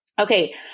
Okay